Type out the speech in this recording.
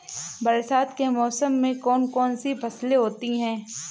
बरसात के मौसम में कौन कौन सी फसलें होती हैं?